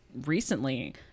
recently